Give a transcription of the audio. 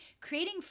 creating